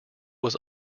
was